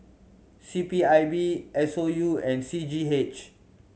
C P I B S O U and C G H